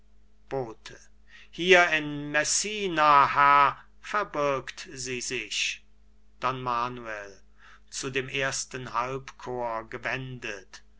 bote hier in messina herr verbirgt sie sich don manuel zu dem ersten halbchor gewendet